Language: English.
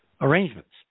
arrangements